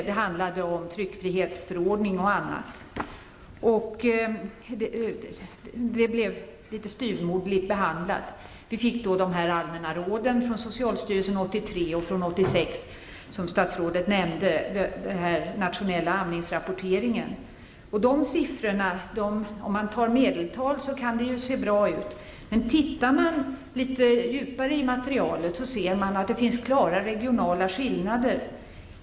Det handlade bl.a. om tryckfrihetsförordningen. Frågan blev litet styvmoderligt behandlad. Socialstyrelsen gav allmänna råd 1983 och 1986, som statsrådet nämnde. Dessutom förekom en nationell amningsrapportering. Sett till medeltalet när det gäller dessa siffror kan det hela se bra ut. Men om man studerar materialet litet närmare, ser man att det finns klara regionala skillnader.